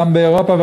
גם באירופה,